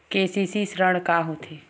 KCC ऋण का होथे?